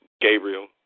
Gabriel